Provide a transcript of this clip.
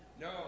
No